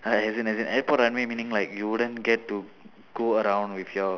as in as in airport runway meaning like you wouldn't get to go around with your